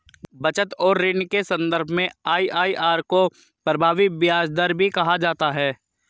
बचत और ऋण के सन्दर्भ में आई.आई.आर को प्रभावी ब्याज दर भी कहा जाता है